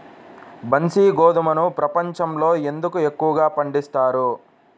బన్సీ గోధుమను ప్రపంచంలో ఎందుకు ఎక్కువగా పండిస్తారు?